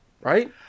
right